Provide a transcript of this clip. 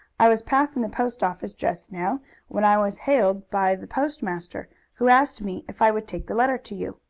i was passing the post-office just now when i was hailed by the postmaster, who asked me if i would take the letter to you.